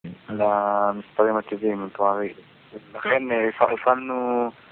למספרים הטבעיים המתוארים ולכן הפעלנו